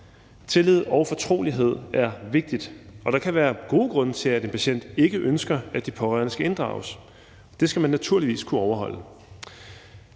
Tillid og fortrolighed er vigtigt, og der kan være gode grunde til, at en patient ikke ønsker, at de pårørende skal inddrages. Det skal man naturligvis kunne overholde.